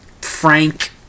frank